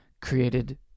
created